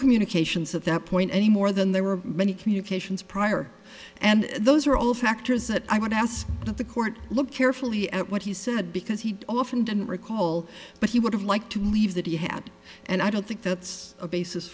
communications of that point any more than there were many communications prior and those are all factors that i would ask that the court look carefully at what he said because he often didn't recall but he would have liked to leave that he had and i don't think that's a basis